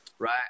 Right